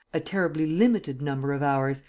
a terribly limited number of hours,